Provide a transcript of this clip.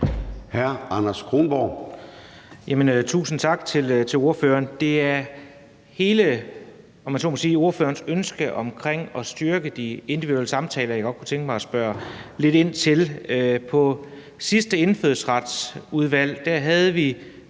11:17 Anders Kronborg (S): Tusind tak til ordføreren. Det er ordførerens ønske om at styrke de individuelle samtaler, jeg godt tænke mig at spørge lidt ind til. På sidste indfødsretsudvalgsmøde havde vi